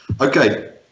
Okay